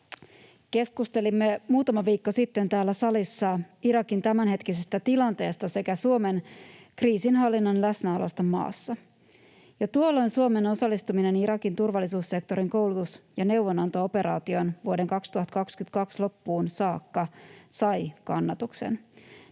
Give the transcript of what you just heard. Keskustelimme muutama viikko sitten täällä salissa Irakin tämänhetkisestä tilanteesta sekä Suomen kriisinhallinnan läsnäolosta maassa. Jo tuolloin Suomen osallistuminen Irakin turvallisuussektorin koulutus- ja neuvonanto-operaatioon vuoden 2022 loppuun saakka sai kannatuksen,